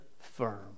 firm